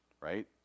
right